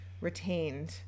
retained